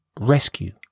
rescue